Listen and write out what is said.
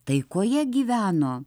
taikoje gyveno